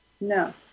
No